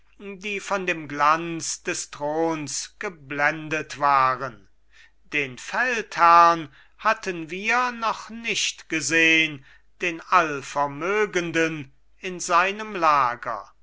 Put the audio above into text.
die von dem glanz des throns geblendet waren den feldherrn hatten wir noch nicht gesehn den allvermögenden in seinem lager